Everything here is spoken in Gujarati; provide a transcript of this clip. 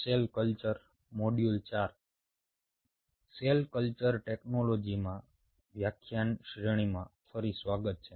સેલ કલ્ચર ટેકનોલોજીમાં વ્યાખ્યાન શ્રેણીમાં ફરી સ્વાગત છે